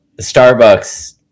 Starbucks